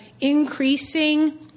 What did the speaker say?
increasing